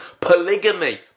polygamy